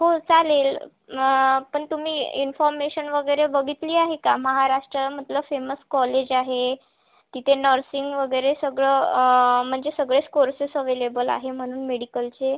हो चालेल पण तुम्ही इन्फाॅर्मेशन वगैरे बघितली आहे का महाराष्ट्रामधलं फेमस कॉलेज आहे तिथे नर्सिंग वगैरे सगळं म्हणजे सगळेच कोर्सेस अवेलेबल आहे म्हणून मेडिकलचे